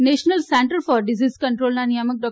national Center for Disease કંટ્રોલના નિયામક ડો